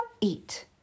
eat